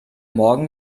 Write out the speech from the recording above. morgen